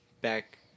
back